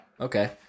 okay